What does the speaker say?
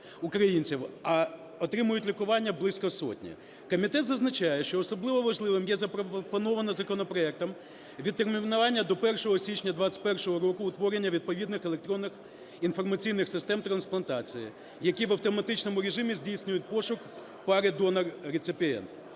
а отримують лікування близько сотні. Комітет зазначає, що особливо важливим є запропоноване законопроектом відтермінування до 1 січня 2021 року утворення відповідних електронних інформаційних систем трансплантації, які в автоматичному режимі здійснюють пошук пари донор-реципієнт.